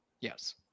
Yes